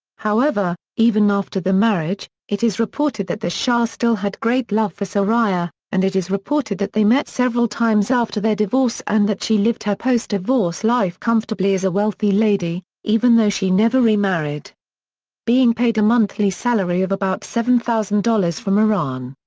however, even after the marriage, it is reported that the shah still had great love for soraya, and it is reported that they met several times after their divorce and that she lived her post-divorce life comfortably as a wealthy lady, even though she never remarried being paid a monthly salary of about seven thousand dollars from iran.